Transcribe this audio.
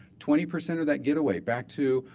twenty percent of that getaway, back to,